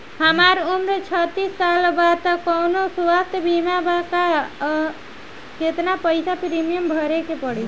हमार उम्र छत्तिस साल बा त कौनों स्वास्थ्य बीमा बा का आ केतना पईसा प्रीमियम भरे के पड़ी?